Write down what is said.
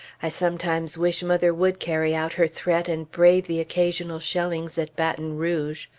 i sometimes wish mother would carry out her threat and brave the occasional shellings at baton rouge.